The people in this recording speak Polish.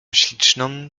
śliczną